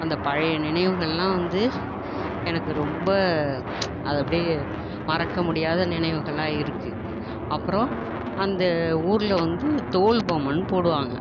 அந்த பழைய நினைவுகளெல்லாம் வந்து எனக்கு ரொம்ப அது அப்படியே மறக்கமுடியாத நினைவுகளாக இருக்குது அப்புறம் அந்த ஊரில் வந்து தோல் பொம்மைனு போடுவாங்க